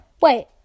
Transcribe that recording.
wait